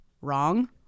wrong